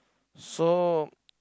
so